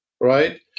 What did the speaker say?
Right